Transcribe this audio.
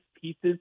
pieces